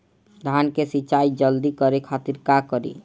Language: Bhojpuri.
धान के सिंचाई जल्दी करे खातिर का करी?